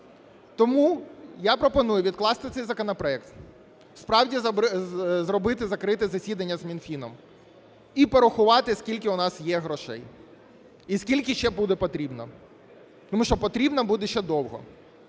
Тому я пропоную відкласти цей законопроект, справді зробити закрите засідання з Мінфіном і порахувати, скільки у нас є грошей і скільки ще буде потрібно, тому що потрібно буде ще довго.